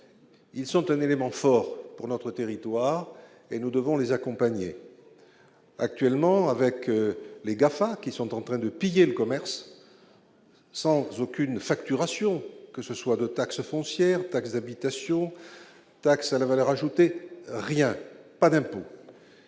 Ils constituent un élément fort pour notre territoire et nous devons les accompagner. Actuellement, alors que les GAFA sont en train de piller le commerce, sans aucune contrepartie d'aucune sorte, taxe foncière, taxe d'habitation ou taxe sur la valeur ajoutée- rien, pas d'impôt